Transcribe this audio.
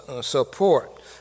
support